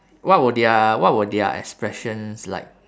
what were their what were their expressions like